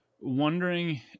wondering